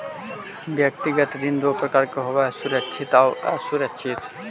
व्यक्तिगत ऋण दो प्रकार के होवऽ हइ सुरक्षित आउ असुरक्षित